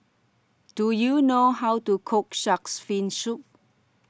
Do YOU know How to Cook Shark's Fin Soup